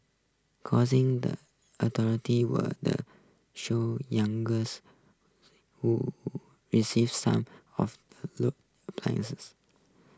causing the were the show youngest who received some of the places